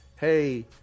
hey